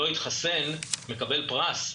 שלא התחסן מקבל פרס,